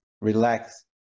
relax